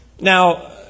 Now